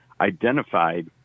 identified